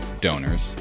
donors